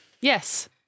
Yes